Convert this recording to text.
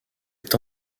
est